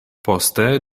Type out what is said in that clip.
poste